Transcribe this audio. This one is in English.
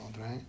right